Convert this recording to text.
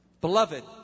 Beloved